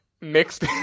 mixed